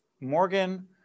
Morgan